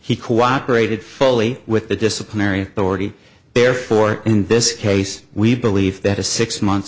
he cooperated fully with the disciplinary already therefore in this case we believe that a six month